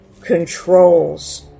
controls